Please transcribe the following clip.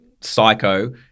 psycho